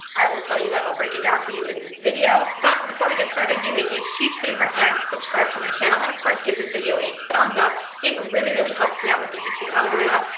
i will tell you guys. i'll break it down for you in this video. but before we get started, do me a huge favor and subscribe to my channel and, of course, give this video a thumbs-up. it really, really helps me out with the youtube algorithm,